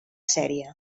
sèrie